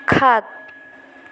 সাত